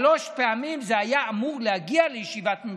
שלוש פעמים זה היה אמור להגיע לישיבת ממשלה.